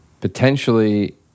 potentially